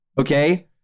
Okay